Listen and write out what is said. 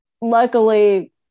Luckily